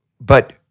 but-